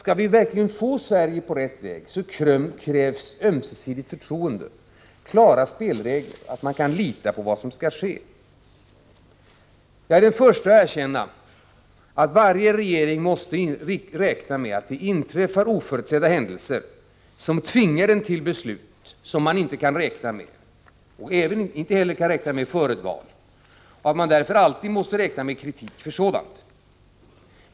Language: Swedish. Om vi verkligen skall få Sverige på rätt väg, krävs det ett ömsesidigt förtroende, klara spelregler. Det krävs att man kan lita på vad som skall ske. Jag är den förste att erkänna att varje regering måste räkna med att det inträffar oförutsedda händelser som tvingar regeringen till beslut som man inte kan räkna med — det gäller även före ett val. Man måste därför alltid räkna med kritik i sådana sammanhang.